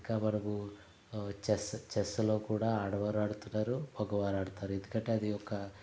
ఇంకా మనము చెస్ చెస్సులో కూడా ఆడావారు ఆడుతున్నారు మగవారు ఆడుతారు ఎందుకంటే అదొక